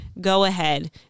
go-ahead